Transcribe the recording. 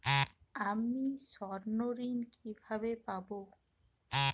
আমি স্বর্ণঋণ কিভাবে পাবো?